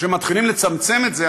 מתחילים לצמצם את זה,